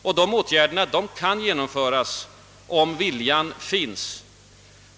Dessa åtgärder kan genomföras om viljan finns.